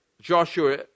Joshua